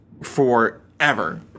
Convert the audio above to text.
forever